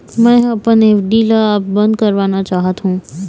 मै ह अपन एफ.डी ला अब बंद करवाना चाहथों